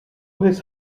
his